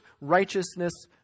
righteousness